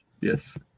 yes